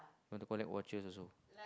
want to collect watches also